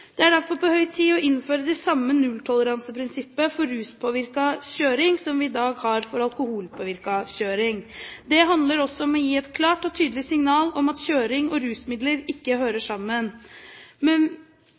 Det er derfor på høy tid å innføre det samme nulltoleranseprinsippet for ruspåvirket kjøring som vi i dag har for alkoholpåvirket kjøring. Det handler også om å gi et klart og tydelig signal om at kjøring og rusmidler ikke hører